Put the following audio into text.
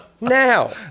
Now